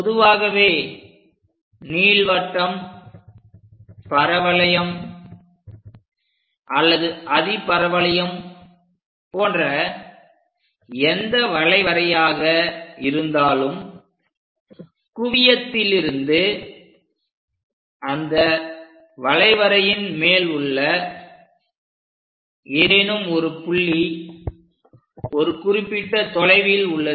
பொதுவாகவே நீள்வட்டம் பரவளையம் அல்லது அதிபரவளையம் போன்ற எந்த வளைவரையாக இருந்தாலும் குவியத்திலிருந்து அந்த வளைவரையின் மேல் உள்ள ஏதேனும் ஒரு புள்ளி ஒரு குறிப்பிட்ட தொலைவில் உள்ளது